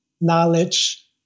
Knowledge